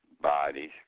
bodies